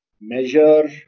measure